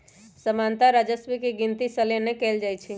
सामान्तः राजस्व के गिनति सलने कएल जाइ छइ